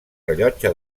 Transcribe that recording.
rellotge